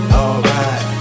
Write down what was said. alright